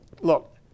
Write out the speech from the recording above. Look